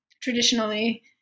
traditionally